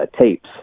tapes